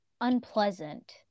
unpleasant